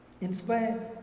Inspire